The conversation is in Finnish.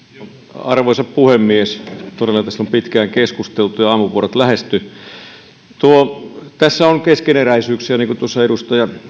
arvoisa puhemies todella tästä on pitkään keskusteltu ja aamupuurot lähestyvät tässä on keskeneräisyyksiä niin kuin tuossa edustaja